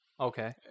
Okay